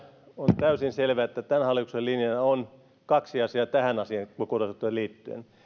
on täysin selvä että tämän hallituksen linjana on kaksi asiaa tähän asiakokonaisuuteen liittyen